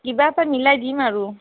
কিবা এটা মিলাই দিম আৰু